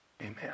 Amen